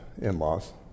in-laws